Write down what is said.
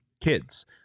kids